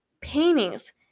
paintings